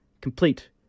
complete